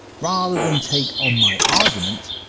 rather than take on my argument,